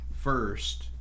first